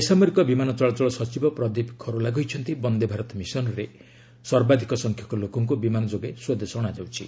ବେସାମରିକ ବିମାନ ଚଳାଚଳ ସଚିବ ପ୍ରଦୀପ ଖରୋଲା କହିଛନ୍ତି ବନ୍ଦେ ଭାରତ ମିଶନ୍ରେ ସର୍ବାଧିକ ସଂଖ୍ୟକ ଲୋକଙ୍କୁ ବିମାନ ଯୋଗେ ସ୍ୱଦେଶ ଅଣାଯାଉଛି